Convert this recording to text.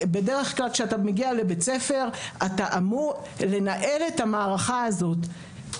בדרך כלל כשאתה מגיע לבית ספר אתה אמור לנהל את המערכה הזאת.